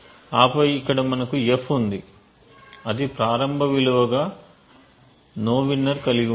ఆపై ఇక్కడ మనకు f ఉంది అది ప్రారంభ విలువ గా nowinner కలిగి ఉంటుంది